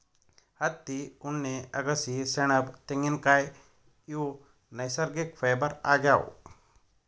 ಹತ್ತಿ ಉಣ್ಣೆ ಅಗಸಿ ಸೆಣಬ್ ತೆಂಗಿನ್ಕಾಯ್ ಇವ್ ನೈಸರ್ಗಿಕ್ ಫೈಬರ್ ಆಗ್ಯಾವ್